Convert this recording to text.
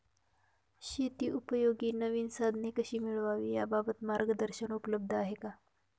शेतीउपयोगी नवीन साधने कशी मिळवावी याबाबत मार्गदर्शन उपलब्ध आहे का?